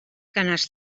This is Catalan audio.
ganes